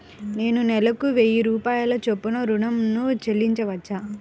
నేను నెలకు వెయ్యి రూపాయల చొప్పున ఋణం ను చెల్లించవచ్చా?